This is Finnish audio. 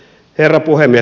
herra puhemies